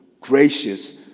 gracious